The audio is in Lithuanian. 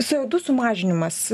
srautų sumažinimas